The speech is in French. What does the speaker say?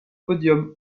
podium